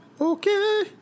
Okay